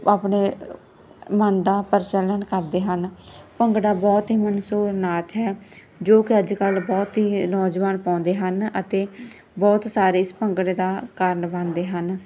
ਆਪਣੇ ਮਨ ਦਾ ਪ੍ਰਚਲਨ ਕਰਦੇ ਹਨ ਭੰਗੜਾ ਬਹੁਤ ਹੀ ਮਸ਼ਹੂਰ ਨਾਚ ਹੈ ਜੋ ਕਿ ਅੱਜ ਕੱਲ੍ਹ ਬਹੁਤ ਹੀ ਨੌਜਵਾਨ ਪਾਉਂਦੇ ਹਨ ਅਤੇ ਬਹੁਤ ਸਾਰੇ ਇਸ ਭੰਗੜੇ ਦਾ ਕਾਰਨ ਬਣਦੇ ਹਨ